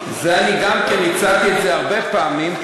אני גם כן הצעתי את זה הרבה פעמים,